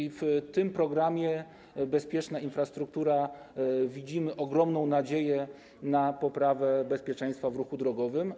I w tym programie „Bezpieczna infrastruktura” widzimy ogromną nadzieję na poprawę bezpieczeństwa w ruchu drogowym.